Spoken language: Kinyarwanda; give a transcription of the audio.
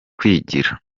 kwigira